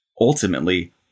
Ultimately